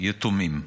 יתומים.